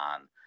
on